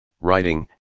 writing